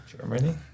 Germany